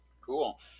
Cool